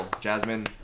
Jasmine